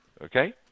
okay